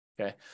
Okay